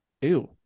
ew